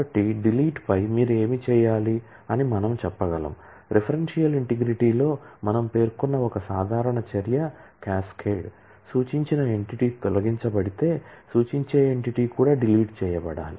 కాబట్టి డిలీట్ పై మీరు ఏమి చేయాలి అని మనము చెప్పగలం రెఫరెన్షియల్ ఇంటిగ్రిటీలో మనము పేర్కొన్న ఒక సాధారణ చర్య క్యాస్కేడ్ సూచించిన ఎంటిటీ తొలగించబడితే సూచించే ఎంటిటీ కూడా డిలీట్ చేయబడాలి